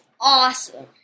awesome